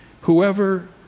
Whoever